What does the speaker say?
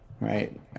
right